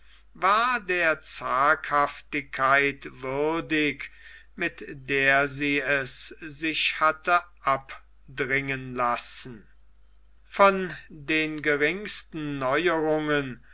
war der zaghaftigkeit würdig mit der sie es sich hatte abdringen lassen von den geringsten neuerungen